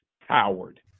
Howard